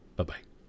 Bye-bye